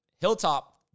Hilltop